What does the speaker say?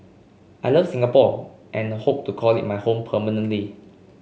I love Singapore and hope to call it my home permanently